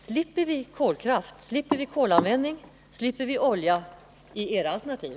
Slipper vi kolkraft? Slipper vi kolanvändning? Slipper vi olja i era alternativ?